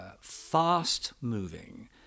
fast-moving